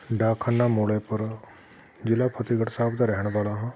ਡਾਕਖਾਨਾ ਮੋੜੇਪੁਰ ਜ਼ਿਲ੍ਹਾ ਫਤਿਹਗੜ੍ਹ ਸਾਹਿਬ ਦਾ ਰਹਿਣ ਵਾਲਾ ਹਾਂ